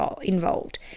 involved